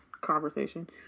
conversation